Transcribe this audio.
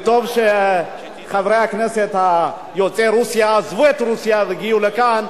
טוב שחברי הכנסת יוצאי רוסיה עזבו את רוסיה והגיעו לכאן,